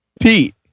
Pete